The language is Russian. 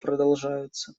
продолжаются